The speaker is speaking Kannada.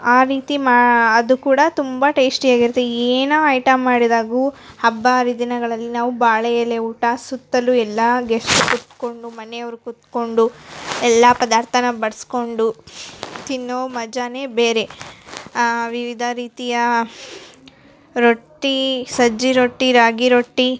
ಆ ರೀತಿ ಮಾ ಅದು ಕೂಡ ತುಂಬ ಟೇಸ್ಟಿಯಾಗಿರುತ್ತೆ ಏನೇ ಐಟಮ್ ಮಾಡಿದಾಗು ಹಬ್ಬ ಹರಿದಿನಗಳಲ್ಲಿ ನಾವು ಬಾಳೆ ಎಲೆ ಊಟ ಸುತ್ತಲೂ ಎಲ್ಲಾ ಗೆಸ್ಟ್ ಕುತ್ಕೊಂಡು ಮನೆಯವ್ರು ಕುತ್ಕೊಂಡು ಎಲ್ಲಾ ಪದಾರ್ಥನ ಬಡ್ಸ್ಕೊಂಡು ತಿನ್ನೋ ಮಜಾನೇ ಬೇರೆ ಆ ವಿವಿಧ ರೀತಿಯ ರೊಟ್ಟಿ ಸಜ್ಜಿ ರೊಟ್ಟಿ ರಾಗಿ ರೊಟ್ಟಿ